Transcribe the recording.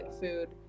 food